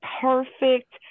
perfect